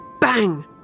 Bang